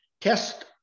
Test